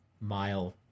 mile